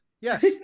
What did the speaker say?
Yes